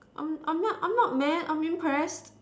I'm not I'm not I'm not mad I'm impressed